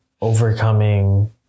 overcoming